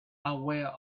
aware